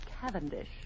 Cavendish